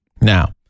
Now